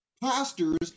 pastors